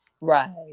right